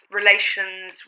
relations